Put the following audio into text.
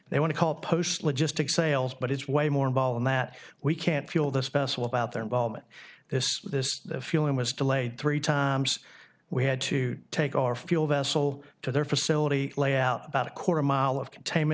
they want to call posts logistics sales but it's way more involved that we can't feel the special about their involvement this this feeling was delayed three times we had to take our fuel vessel to their facility lay out about a quarter mile of containment